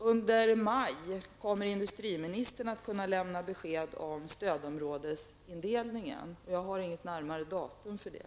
Under maj månad kommer industriministern att kunna lämna besked om stödområdesindelningen, men jag har inget närmare datum för det.